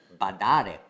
badare